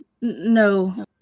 No